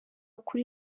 kuri